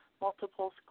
multiple